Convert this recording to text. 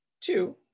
Two